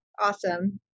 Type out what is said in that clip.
Awesome